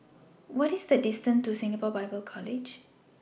What IS The distance to Singapore Bible College